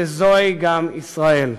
שזוהי גם ישראל.